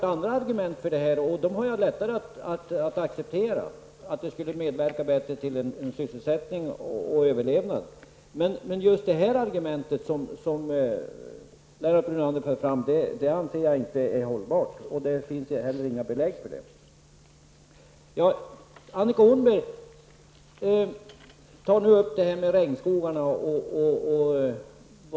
Andra argument jag hört är lättare att acceptera, t.ex. att det skulle medverka till bättre sysselsättning och överlevnad. Men det argument som Lennart Brunander för fram anser jag inte hållbart. Det finns inga belägg för det. Annika Åhnberg drar paralleller med regnskogarna.